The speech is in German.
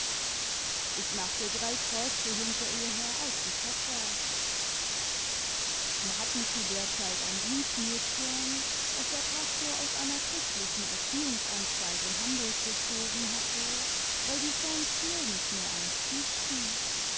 ich machte drei kreuze hinter ihr her als sie fort war wie hatten zu der zeit ein dienstmädchen das der pastor aus einer christlichen erziehimgsanstalt in hamburg bezogen hatte weil sie sonst nirgends mehr eins kriegten